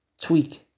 tweak